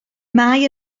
mae